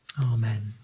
amen